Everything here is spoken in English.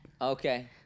okay